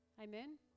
Amen